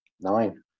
nine